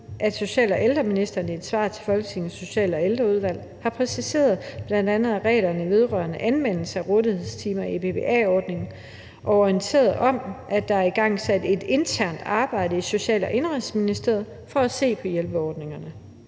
at social- og ældreministeren i svar til Folketingets Social- og Ældreudvalg har præciseret bl.a. reglerne vedrørende anvendelse af rådighedstimer i BPA-ordninger og orienteret om, at der er igangsat et internt arbejde i Social- og Ældreministeriet med at se på hjælpeordningerne.